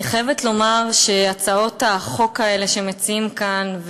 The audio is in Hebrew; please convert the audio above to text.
אני חייבת לומר שהצעות החוק האלה שמציעים כאן,